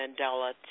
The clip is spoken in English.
Mandela